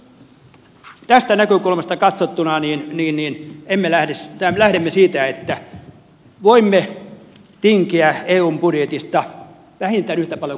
nyt tästä näkökulmasta katsottuna lähdemme siitä että voimme tinkiä eun budjetista vähintään yhtä paljon kuin iso britannia